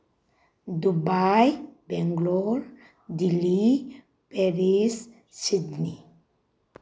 Dubai Bangalore Delhi Paris Sydney